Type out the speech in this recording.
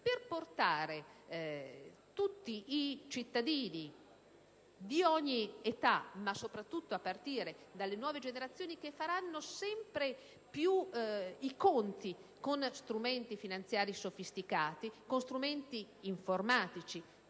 per portare tutti i cittadini - di ogni età, ma soprattutto a partire dalle nuove generazioni che faranno sempre più i conti con strumenti informatici sofisticati - ad una capacità